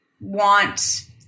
want